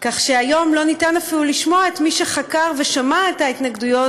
כך שהיום לא ניתן אפילו לשמוע את מי שחקר ושמע את ההתנגדויות,